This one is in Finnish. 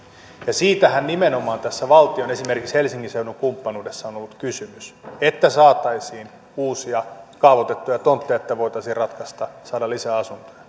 siitähän nimenomaan esimerkiksi tässä valtion ja helsingin seudun kumppanuudessa on ollut kysymys että saataisiin uusia kaavoitettuja tontteja että voitaisiin ratkaista se saada lisää asuntoja